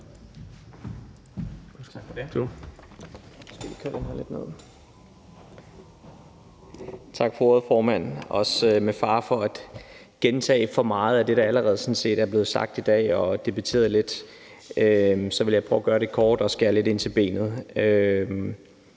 tak for det.